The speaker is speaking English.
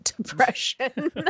depression